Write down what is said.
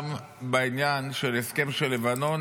גם בעניין של ההסכם של לבנון,